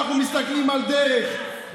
אנחנו מסתכלים על דרך,